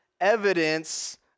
evidence